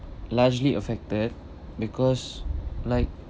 largely affected because like